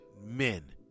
men